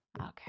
Okay